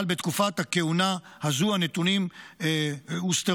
אבל בתקופת הכהונה הזו הנתונים הוסתרו,